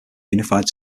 unified